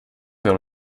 vers